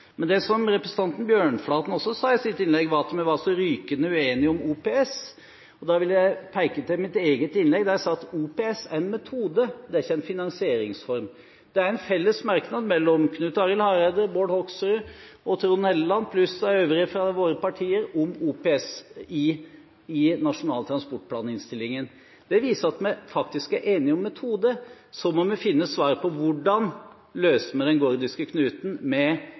Men det som representanten Bjørnflaten også sa i sitt innlegg, var at vi var så rykende uenige om OPS. Da vil jeg peke på mitt eget innlegg der jeg sa at OPS er en metode, ikke en finansieringsform. Det er en felles merknad mellom Knut Arild Hareide, Bård Hoksrud og Trond Helleland pluss de øvrige fra våre partier om OPS i innstillingen til Nasjonal transportplan. Det viser at vi faktisk er enige om metode, så må vi finne svaret på hvordan vi løser den gordiske knuten med